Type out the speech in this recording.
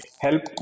help